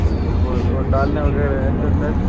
अच्छा वह वह डालने वगैरह ऐसे होता